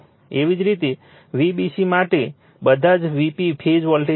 એવી જ રીતે Vbc માટે બધા Vp ફેઝ વોલ્ટેજ છે